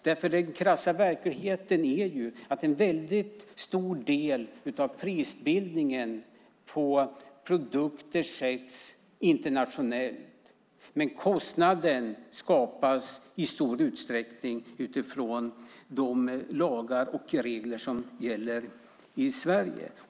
Den krassa verkligheten är ju att en väldigt stor del av prisbildningen på produkter sker internationellt, men kostnaden skapas i stor utsträckning utifrån de lagar och regler som gäller i Sverige.